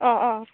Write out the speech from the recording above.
अ अ